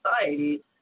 society